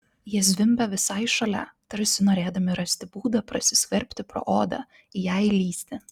jie zvimbė visai šalia tarsi norėdami rasti būdą prasiskverbti pro odą į ją įlįsti